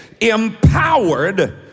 Empowered